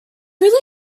really